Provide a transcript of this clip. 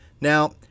Now